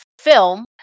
film